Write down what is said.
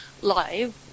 live